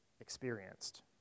experienced